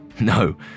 No